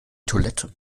toilette